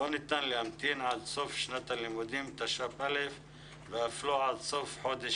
לא ניתן להמתין עד סוף שנת לימודים תשפ"א ואף לא עד סוף חודש